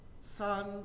son